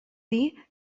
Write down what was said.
dir